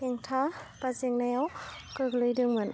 हेंथा बा जेंनायाव गोग्लैदोंमोन